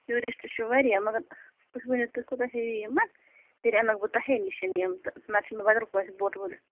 tourist چھِ واریاہ مگر تُہۍ ؤنِو تُہۍ کوٗتاہ ہیٚیِو یِمَن تیٚلہِ اَنَکھ بہٕ تۄہے نِش یِم تہٕ نَتہٕ چھُ مےٚ بَدل کٲنٛسہِ بوٹہٕ وٲلِس